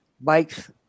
bikes